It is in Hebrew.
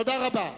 תודה רבה.